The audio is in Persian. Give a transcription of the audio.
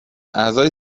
اعضای